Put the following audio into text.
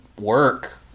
work